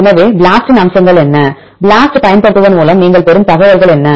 எனவே BLAST இன் அம்சங்கள் என்ன BLAST பயன்படுத்துவதன் மூலம் நீங்கள் பெறும் தகவல்கள் என்ன